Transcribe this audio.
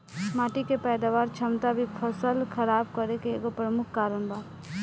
माटी के पैदावार क्षमता भी फसल खराब करे के एगो प्रमुख कारन बा